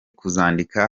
kuzandika